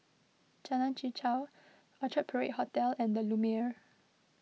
Jalan Chichau Orchard Parade Hotel and the Lumiere